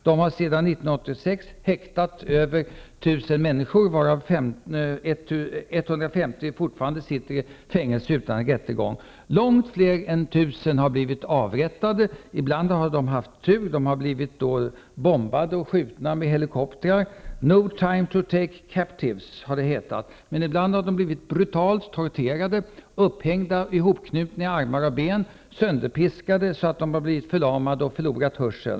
Man har sedan 1986 häktat över 1 000 människor, varav 150 fortfarande sitter i fängelse utan rättegång. Långt fler än 1 000 har blivit avrättade. Ibland har de blivit bombade och beskjutna från helikoptrar. ''No time to take captives'', har det hetat, men människor har ibland blivit brutalt torterade, upphängda hopknutna i armar och ben, sönderpiskade så att de har blivit förlamade och förlorat hörseln.